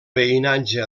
veïnatge